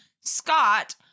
Scott